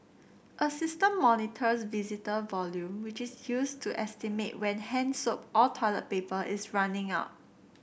a system monitors visitor volume which is used to estimate when hand soap or toilet paper is running out